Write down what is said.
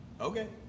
Okay